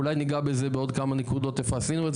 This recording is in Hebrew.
אולי נגע בכמה נקודות איפה עשינו את